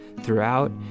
throughout